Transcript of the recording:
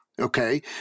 Okay